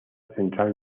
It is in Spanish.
central